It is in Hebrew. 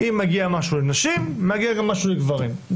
אם מגיע משהו לנשים מגיע גם משהו לגברים.